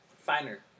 finer